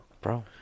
Bro